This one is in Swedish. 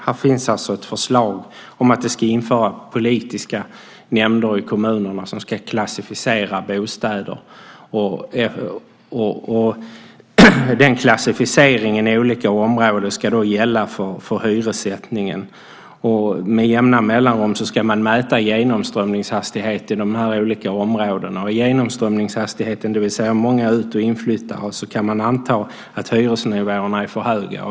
Här finns ett förslag om att det ska införas politiska nämnder i kommunerna som ska klassificera bostäder. Den klassificeringen i olika områden ska då gälla för hyressättningen. Med jämna mellanrum ska man mäta genomströmningshastighet i de olika områdena. Via genomströmningshastigheten - det vill säga många ut och inflyttande - kan man anta att hyresnivåerna är för höga.